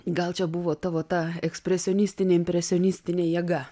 gal čia buvo tavo ta ekspresionistinė impresionistinė jėga